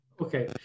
Okay